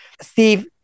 Steve